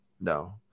No